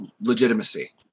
legitimacy